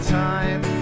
time